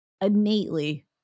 innately